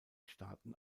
staaten